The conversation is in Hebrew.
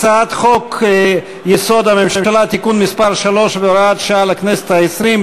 הצעת חוק-יסוד: הממשלה (תיקון מס' 3 והוראת שעה לכנסת ה-20),